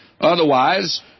Otherwise